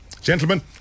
Gentlemen